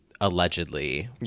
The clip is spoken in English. allegedly